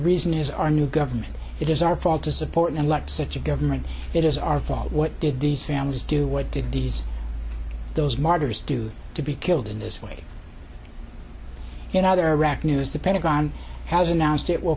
reason is our new government it is our fault to support and like such a government it is our fault what did these families do what did these those martyrs do to be killed in this way and other rock news the pentagon has announced it will